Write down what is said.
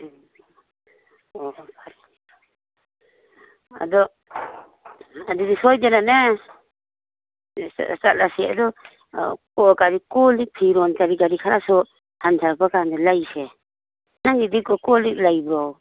ꯎꯝ ꯑꯣ ꯍꯣ ꯐꯔꯦ ꯑꯗꯨ ꯑꯗꯨꯗꯤ ꯁꯣꯏꯗꯅꯅꯦ ꯆꯠꯂꯁꯤ ꯑꯗꯨ ꯀꯣꯜ ꯂꯤꯛ ꯐꯤꯔꯣꯟ ꯀꯔꯤ ꯀꯔꯤ ꯈꯔꯁꯨ ꯍꯟꯊꯔꯛꯄ ꯀꯥꯟꯗ ꯂꯩꯁꯦ ꯅꯪꯒꯤꯗꯤ ꯀꯣꯜ ꯂꯤꯛ ꯂꯩꯕ꯭ꯔꯣ